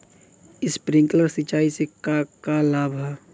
Sprinkler सिंचाई से का का लाभ ह?